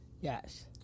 Yes